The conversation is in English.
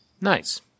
Nice